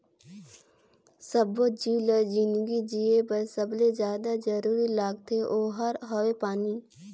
सब्बो जीव ल जिनगी जिए बर सबले जादा जरूरी लागथे ओहार हवे पानी